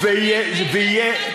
ויהיה, ואיפה יאיר לפיד, מאיר?